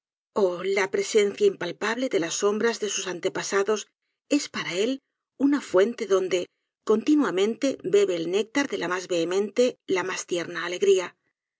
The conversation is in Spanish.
la presencia impalpable de las sombras de sus antepasados es para él una fuente donde continuamente bebe el néctar de la mas vehemente la mas tierna alegría